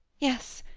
yes,